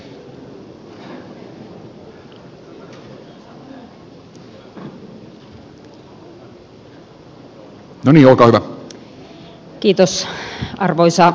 kiitos arvoisa puhemies